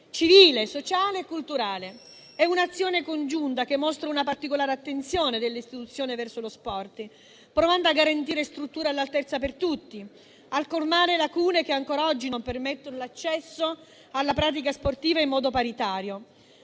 civile, sociale e culturale. È un'azione congiunta che mostra una particolare attenzione delle Istituzioni verso lo sport, provando a garantire strutture all'altezza di tutti, a colmare lacune che ancora oggi non permettono l'accesso alla pratica sportiva in modo paritario.